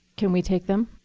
can we take them?